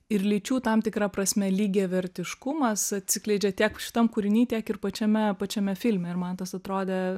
ir lyčių tam tikra prasme lygiavertiškumas atsikleidžia tiek šitam kūriny tiek ir pačiame pačiame filme ir man tas atrodė